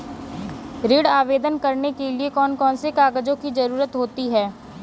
ऋण आवेदन करने के लिए कौन कौन से कागजों की जरूरत होती है?